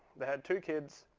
they had two kids,